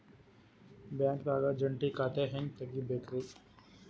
ಬ್ಯಾಂಕ್ದಾಗ ಜಂಟಿ ಖಾತೆ ಹೆಂಗ್ ತಗಿಬೇಕ್ರಿ?